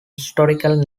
historical